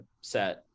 set